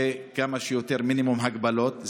וכמה שיותר, מינימום הגבלות.